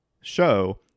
show